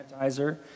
sanitizer